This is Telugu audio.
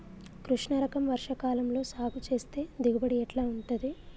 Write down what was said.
కృష్ణ రకం వర్ష కాలం లో సాగు చేస్తే దిగుబడి ఎట్లా ఉంటది?